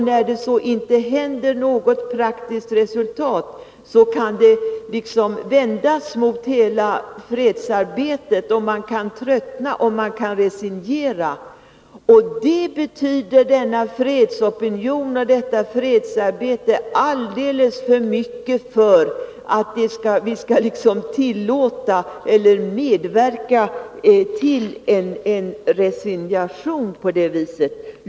När det sedan inte händer någonting som ger praktiska resultat, kan det vändas mot hela fredsarbetet, och man kan tröttna och resignera. Denna fredsopinion och detta fredsarbete betyder alldeles för mycket för att vi skall medverka till en resignation på det viset.